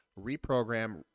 reprogram